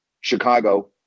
Chicago